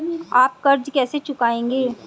आप कर्ज कैसे चुकाएंगे?